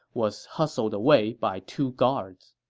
was hustled away by two guards